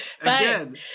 again